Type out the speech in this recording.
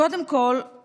קודם כול,